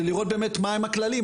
ולראות באמת מה הכללים,